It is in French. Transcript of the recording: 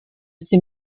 ses